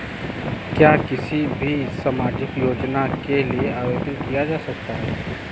क्या किसी भी सामाजिक योजना के लिए आवेदन किया जा सकता है?